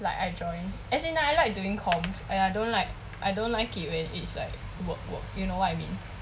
like I join as in I like doing comms and I don't like I don't like it when it's like work work you know what I mean